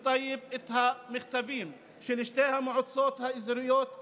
טייב את המכתבים של שתי המועצות האזוריות האלה.